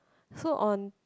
so on